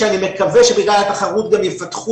שאני מקווה שבגלל התחרות גם יפתחו